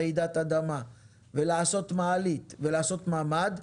מפני רעידת אדמה ולעשות מעלית ולעשות ממ"ד.